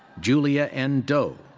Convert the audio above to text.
julia n. doh.